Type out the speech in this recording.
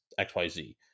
XYZ